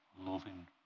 loving